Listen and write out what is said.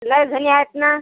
लय झाली आहेत ना